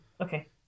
Okay